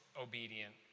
obedient